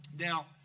Now